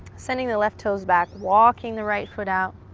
sending the left toes back. walking the right foot out.